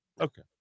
Okay